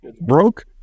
broke